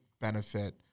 benefit